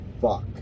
fuck